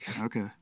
Okay